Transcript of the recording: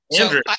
Andrew